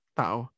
tao